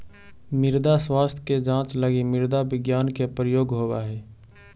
मृदा स्वास्थ्य के जांच लगी मृदा विज्ञान के प्रयोग होवऽ हइ